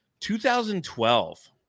2012